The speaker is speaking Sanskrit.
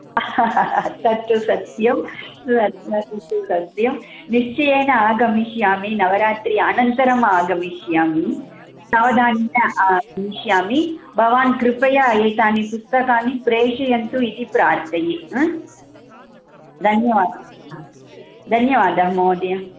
तत्तु सत्यम् तत्तु सत्यं निश्चयेन आगमिष्यामि नवरात्रि अनन्तरम् आगमिष्यामि सावधानेन आगमिष्यामि भवान् कृपया एतानि पुस्तकानि प्रेषयन्तु इति प्रार्थये हा धन्यवादः धन्यवादः महोदय